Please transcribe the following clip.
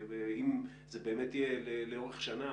אם זה באמת יהיה לאורך השנה,